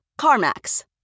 CarMax